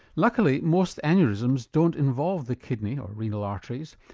luckily, most aneurysms don't involve the kidney or renal arteries.